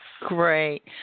Great